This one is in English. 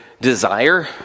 desire